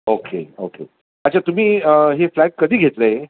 okay okay अच्छा तुम्ही हे फ्लॅट कधी घेतलं आहे